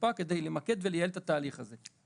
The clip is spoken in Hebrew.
לקופה כדי למקד ולייעל את התהליך הזה.